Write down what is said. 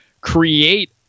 create